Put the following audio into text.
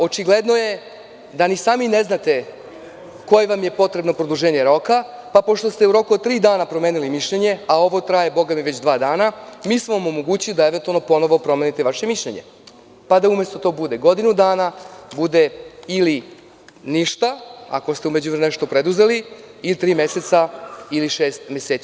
Očigledno je da ni sami ne znate koje vam je potrebno produženje roka, pa pošto ste u roku od tri dana promenili mišljenje, a ovo traje bogami već dva dana, mi smo vam omogućili da eventualno ponovo promenite vaše mišljenje, pa da, umesto da to bude godinu dana, bude ili ništa ako ste u međuvremenu nešto preduzeli ili tri meseca ili šest meseci.